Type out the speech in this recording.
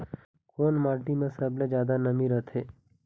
कोन माटी म सबले जादा नमी रथे?